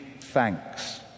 thanks